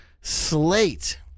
slate